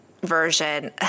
version